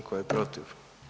Tko je protiv?